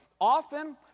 Often